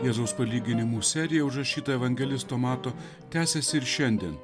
jėzaus palyginimų serija užrašyta evangelisto mato tęsiasi ir šiandien